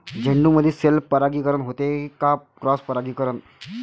झेंडूमंदी सेल्फ परागीकरन होते का क्रॉस परागीकरन?